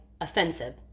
offensive